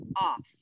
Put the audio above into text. off